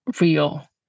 real